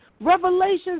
revelations